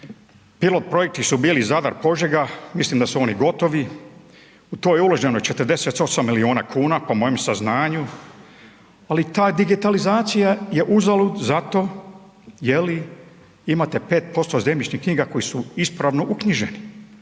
Pilot-projekti su bili Zadar, Požega, mislim da su oni gotovi. U to je uloženo 48 milijuna kuna po mojem saznanju, ali ta je digitalizacija uzalud zato, je li, imate 5% zemljišnih knjiga koje su ispravno uknjižene.